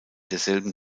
derselben